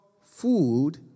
food